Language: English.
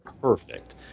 perfect